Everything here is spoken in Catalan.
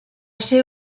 ser